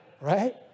Right